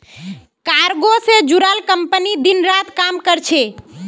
cargo से जुड़ाल company दिन रात काम कर छे